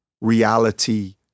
reality